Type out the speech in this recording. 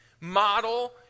model